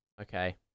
Okay